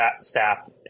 staff